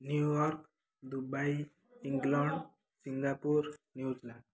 New York Dubai England Singapore New Zealand